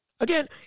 Again